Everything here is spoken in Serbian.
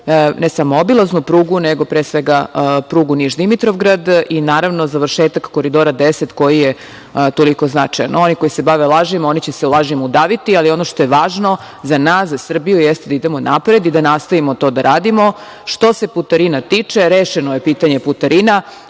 ne samo obilaznu prugu, nego pre svega prugu Niš-Dimitrovgrad i naravno završetak Koridora 10 koji je toliko značajan. Oni koji se bave lažima, oni će se u lažima udaviti, ali ono što je važno za nas, za Srbiju, jeste da idemo napred i da nastavimo to da radimo. Što se putarina tiče, rešeno je pitanje putarina.